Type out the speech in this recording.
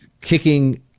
kicking